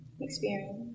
experience